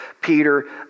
Peter